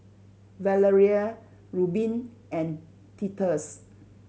Valeria Reubin and Titus